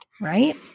right